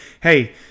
hey